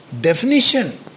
definition